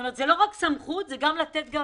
כלומר זה לא רק סמכות אלא לתת גם